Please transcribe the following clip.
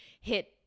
hit